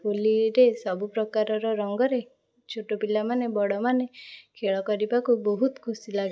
ହୋଲିରେ ସବୁ ପ୍ରକାରର ରଙ୍ଗରେ ଛୋଟ ପିଲାମାନେ ବଡ଼ ମାନେ ଖେଳ କରିବାକୁ ବହୁତ ଖୁସି ଲାଗେ